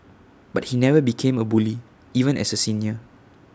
but he never became A bully even as A senior